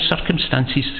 circumstances